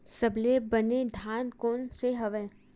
सबले बने धान कोन से हवय?